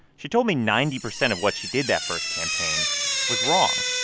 she told me ninety percent of what she did that first campaign was wrong.